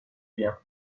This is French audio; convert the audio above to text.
bien